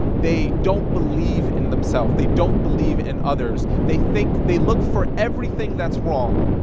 they don't believe in themself. they don't believe in others. they think, they look for everything that's wrong,